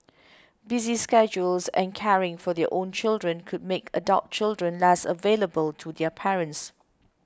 busy schedules and caring for their own children could make adult children less available to their parents